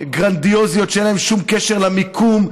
גרנדיוזיות שאין להן שום קשר למקום,